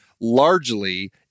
largely